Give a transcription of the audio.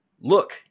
look